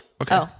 okay